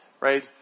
right